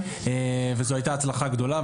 וזו הייתה הצלחה גדולה,